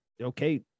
okay